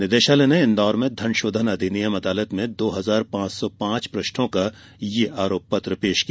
निदेशालय ने इंदौर में धनशोधन अधिनियम अदालत में दो हजार पांच सौ पांच पृष्ठों का आरोपपत्र पेश किया